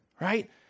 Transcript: right